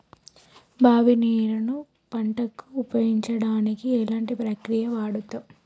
బావి నీరు ను పంట కు ఉపయోగించడానికి ఎలాంటి ప్రక్రియ వాడుతం?